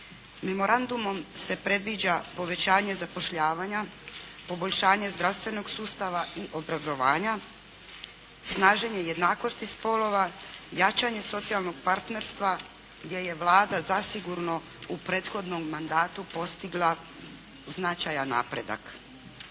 Memorandumom se predviđa povećanje zapošljavanja, poboljšanje zdravstvenog sustava i obrazovanja, snaženje jednakosti spolova, jačanje socijalnog partnerstva gdje je Vlada zasigurno u prethodnom mandatu postigla značajan napredak.